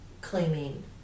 claiming